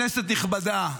כנסת נכבדה,